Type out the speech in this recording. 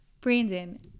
Brandon